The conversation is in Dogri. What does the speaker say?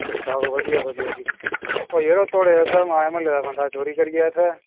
ओह् यरो थुआढ़े म्हल्लै दा बंदा चोरी करी गेआ इत्थें